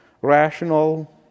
rational